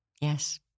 yes